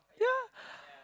yeah